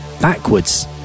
backwards